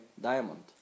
diamond